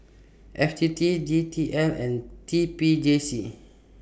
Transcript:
F T T D T L and T P J C